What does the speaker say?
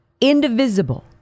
indivisible